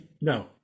no